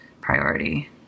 priority